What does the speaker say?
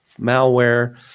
malware